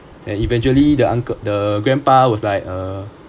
and eventually the uncle the grandpa was like err